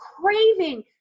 craving